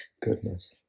Goodness